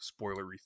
spoilery